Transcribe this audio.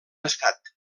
estat